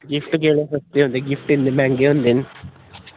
gift केह् देना gift इन्ने मैहंगे होंदे न